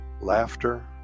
Laughter